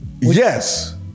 Yes